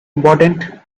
important